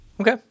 Okay